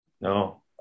No